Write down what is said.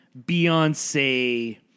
Beyonce